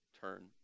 turn